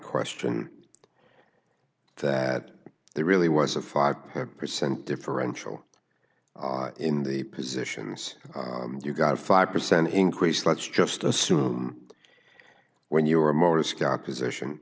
question that there really was a five percent differential in the positions you got five percent increase let's just assume when you were a motor scout position